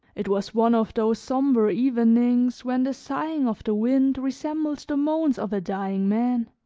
it was one of those somber evenings when the sighing of the wind resembles the moans of a dying man